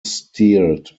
steered